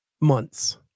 months